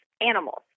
animals